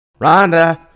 Rhonda